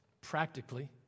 practically